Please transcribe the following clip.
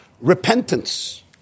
repentance